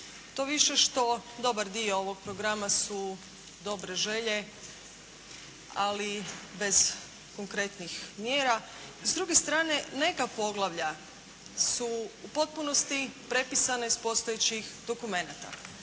To više što dobar dio ovog programa su dobre želje ali bez konkretnih mjera. S druge strane neka poglavlja su u potpunosti prepisana iz postojećih dokumenata.